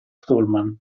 stallman